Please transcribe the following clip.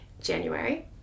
january